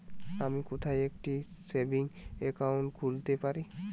আমি কোথায় একটি সেভিংস অ্যাকাউন্ট খুলতে পারি?